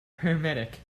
paramedic